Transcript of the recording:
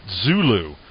Zulu